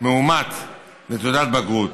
מאומת לתעודת בגרות,